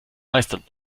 meisten